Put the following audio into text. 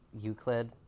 Euclid